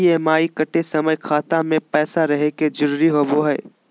EMI कटे समय खाता मे पैसा रहे के जरूरी होवो हई